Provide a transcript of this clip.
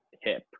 hip